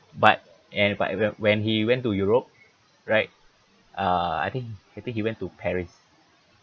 but and but whe~ when he went to europe right uh I think think he went to paris